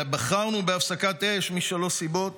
ובחרנו בהפסקת אש משלוש סיבות.